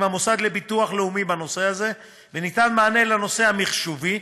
המוסד לביטוח לאומי בנושא זה וניתן מענה בנושא המחשובי.